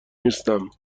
نیستم